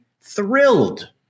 thrilled